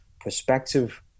perspective